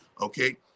Okay